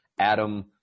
Adam